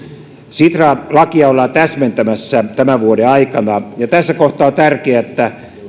sitran lakia ollaan täsmentämässä tämän vuoden aikana ja tässä kohtaa on tärkeää että